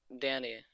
Danny